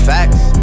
Facts